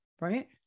Right